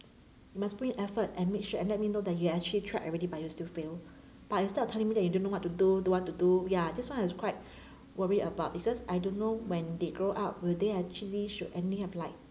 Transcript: you must put in effort and make sure and let me know that you actually tried already but you still fail but instead of telling me that you don't know what to do don't want to do ya that's one I quite worry about because I don't know when they grow up will they actually should ending up like